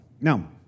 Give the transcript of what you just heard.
Now